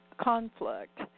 conflict